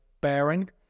bearing